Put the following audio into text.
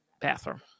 bathroom